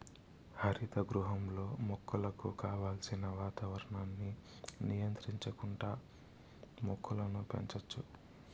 హరిత గృహంలో మొక్కలకు కావలసిన వాతావరణాన్ని నియంత్రించుకుంటా మొక్కలను పెంచచ్చు